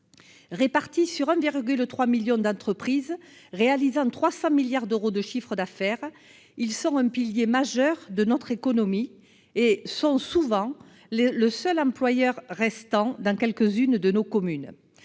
Répartis sur 1,3 million d'entreprises, réalisant 300 milliards d'euros de chiffre d'affaires, les artisans constituent un pilier majeur de notre économie, mais sont, souvent, le seul employeur restant dans quelques-unes de nos communes.